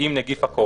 עם נגיף הקורונה.